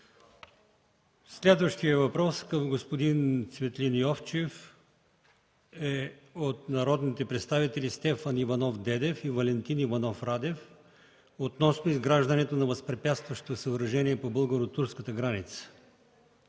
Следващият въпрос към господин Цветлин Йовчев е от народните представители Стефан Иванов Дедев и Валентин Иванов Радев относно изграждането на възпрепятстващо съоръжение по българо-турската граница.